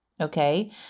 Okay